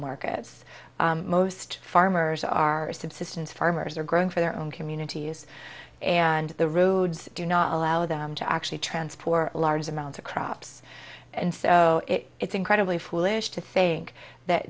markets most farmers are subsistence farmers are growing for their own communities and the roads do not allow them to actually transport large amounts of crops and so it's incredibly foolish to think that